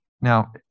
Now